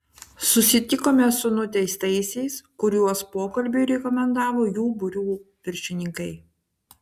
susitikome su nuteistaisiais kuriuos pokalbiui rekomendavo jų būrių viršininkai